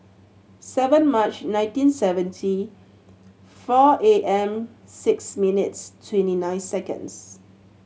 seven March nineteen seventy four A M six minutes twenty nine seconds